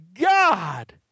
God